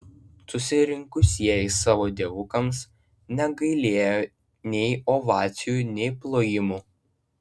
susirinkusieji savo dievukams negailėjo nei ovacijų nei plojimų